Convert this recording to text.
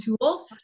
tools